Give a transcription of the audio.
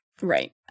right